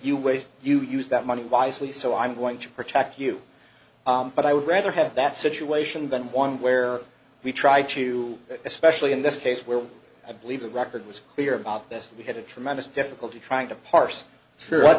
you ways you use that money wisely so i'm going to protect you but i would rather have that situation than one where we try to especially in this case where i believe the record was clear about this and we had a tremendous difficulty trying to parse sure what